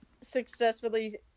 successfully